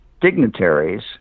dignitaries